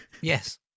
Yes